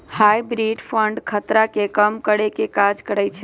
hybrid fund खतरा के कम करेके काज करइ छइ